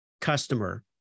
customer